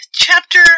Chapter